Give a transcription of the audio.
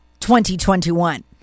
2021